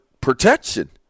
protection